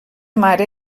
mare